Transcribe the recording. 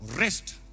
Rest